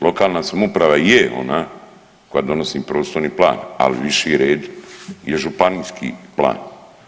Lokalna samouprava je ona koja donosi prostorni plan, al viši red je županijski plan.